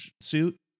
suit